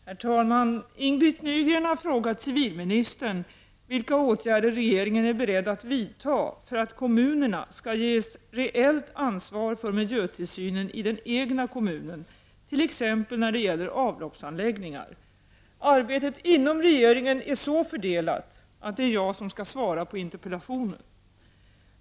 Herr talman! Ing-Britt Nygren har frågat civilministern vilka åtgärder regeringen är beredd att vidta för att kommunerna skall ges reellt ansvar för miljötillsynen i den egna kommunen, t.ex. när det gäller avloppsanläggningar. Arbetet inom regeringen är så fördelat att det är jag som skall svara på interpellationen.